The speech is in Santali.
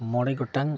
ᱢᱚᱬᱮ ᱜᱚᱴᱟᱝ